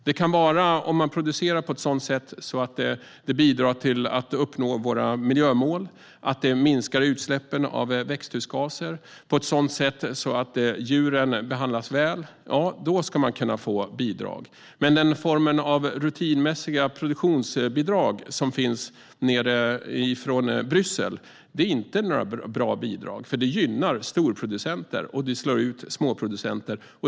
Om man kan producera på ett sådant sätt att det bidrar till att uppnå våra miljömål, att det minskar utsläppen av växthusgaser, att djuren behandlas väl, ja, då ska man kunna få bidrag. Men den form av rutinmässiga produktionsbidrag som utbetalas från Bryssel är inte några bra bidrag, för de gynnar storproducenter och slår ut småproducenter.